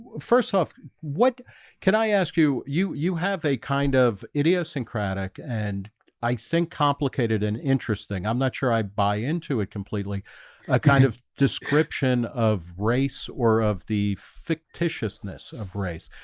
first off. what can i ask you? you you have a kind of idiosyncratic? and i think complicated and interesting i'm, not sure i buy into it completely a kind of description of race or of the fictitiousness of race.